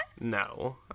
No